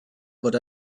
but